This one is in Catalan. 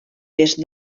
est